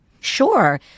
Sure